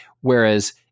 Whereas